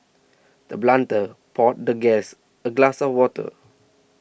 the blunt a poured the guest a glass of water